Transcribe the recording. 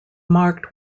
marked